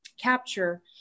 capture